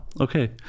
Okay